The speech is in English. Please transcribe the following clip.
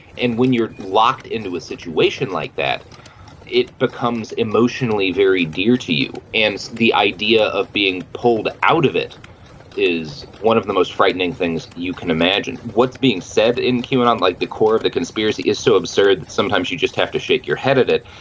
and when you're locked into a situation like that it becomes emotionally very dear to you. and the idea of being pulled out of it is one of the most frightening things you can imagine. what's being said in cuba unlike the core of the conspiracy is so absurd sometimes you just have to shake your head at it.